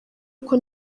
uko